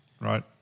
right